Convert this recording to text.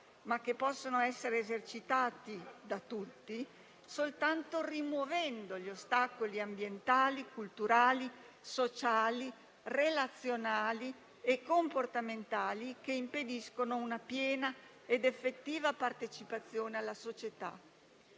ma che possono essere esercitati da tutti soltanto rimuovendo gli ostacoli ambientali, culturali, sociali, relazionali e comportamentali che impediscono una piena ed effettiva partecipazione nella società.